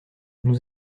nous